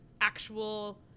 actual